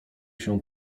się